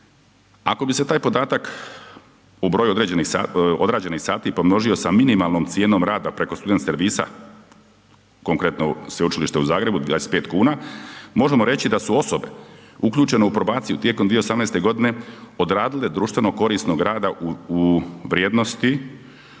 Ako bi se taj podatak u broju odrađenih sati pomnožio sa minimalnom cijenom rada preko student servisa, konkretno Sveučilište u Zagrebu, 25 kn, možemo reći da su osobe uključene u probaciju tijekom 2018. g. odradile društveno korisnog rada u vrijednosti